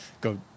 go